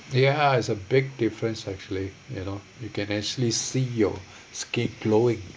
ya it's a big difference actually you know you can actually see your skin glowing